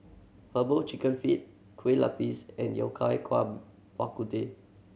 Herbal Chicken Feet Kueh Lupis and Yao Cai Bak Kut Teh